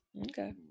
Okay